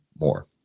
more